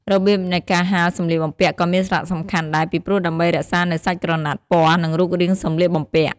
របៀបនៃការហាលសម្លៀកបំពាក់ក៏មានសារៈសំខាន់ដែរ ពីព្រោះដើម្បីរក្សានូវសាច់ក្រណាត់ ពណ៌ និងរូបរាងសម្លៀកបំពាក់។